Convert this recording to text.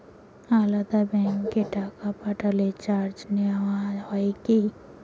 আলাদা ব্যাংকে টাকা পাঠালে চার্জ নেওয়া হয় কি?